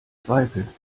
zweifel